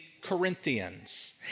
Corinthians